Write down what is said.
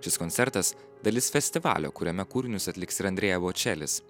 šis koncertas dalis festivalio kuriame kūrinius atliks ir andrea bočelis